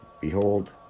behold